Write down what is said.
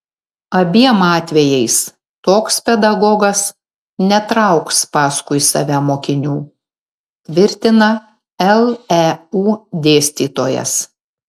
abiem atvejais toks pedagogas netrauks paskui save mokinių tvirtina leu dėstytojas